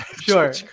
sure